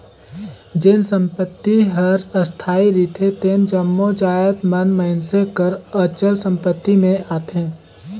जेन संपत्ति हर अस्थाई रिथे तेन जम्मो जाएत मन मइनसे कर अचल संपत्ति में आथें